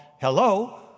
Hello